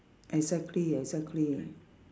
exactly exactly